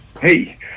hey